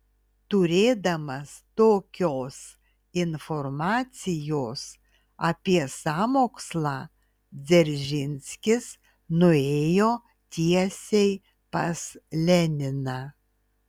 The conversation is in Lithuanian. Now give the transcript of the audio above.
turėdamas tokios informacijos apie sąmokslą dzeržinskis nuėjo tiesiai pas leniną